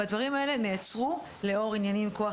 והדברים האלה נעצרו בעקבות עניינים עם כוח